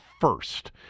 first